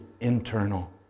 internal